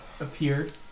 appeared